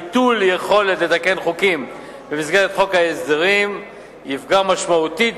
ביטול יכולת לתקן חוקים במסגרת חוק ההסדרים יפגע משמעותית